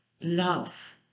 love